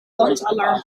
brandalarm